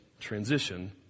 transition